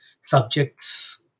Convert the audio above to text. subjects